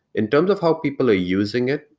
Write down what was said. in terms of how people are using it,